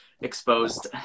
exposed